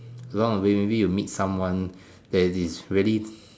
along the way maybe you meet someone that is really